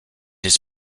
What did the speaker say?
his